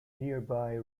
nearby